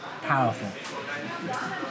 powerful